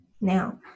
Now